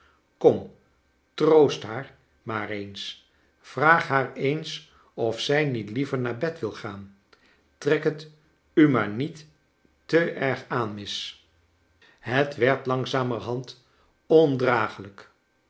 kom troost haar maar eens vraag maar eens of zij niet liever naar bed wil gaan trek het u maar niet te erg aan miss het werd langzamerhand ondragelijk